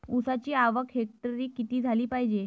ऊसाची आवक हेक्टरी किती झाली पायजे?